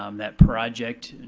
um that project,